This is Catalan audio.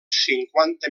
cinquanta